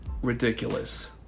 Ridiculous